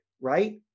right